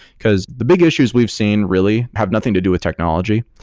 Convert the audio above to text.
because the big issues we've seen really have nothing to do with technology.